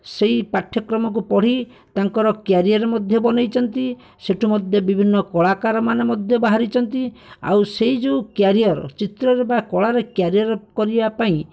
ସେହି ପାଠ୍ୟକ୍ରମକୁ ପଢ଼ି ତାଙ୍କର କ୍ୟାରିଅର୍ ମଧ୍ୟ ବନାଇଛନ୍ତି ସେଇଠୁ ମଧ୍ୟ ବିଭିନ୍ନ କଳାକାରମାନେ ମଧ୍ୟ ବାହାରିଛନ୍ତି ଆଉ ସେହି ଯେଉଁ କ୍ୟାରିଅର୍ ଚିତ୍ରରେ ବା କଳାରେ କ୍ୟାରିଅର୍ କରିବା ପାଇଁ